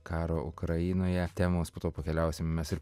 karo ukrainoje temos po to pakeliausim mes ir